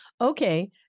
Okay